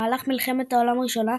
במהלך מלחמת העולם הראשונה,